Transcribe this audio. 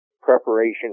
preparation